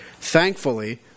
Thankfully